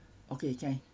okay can